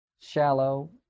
shallow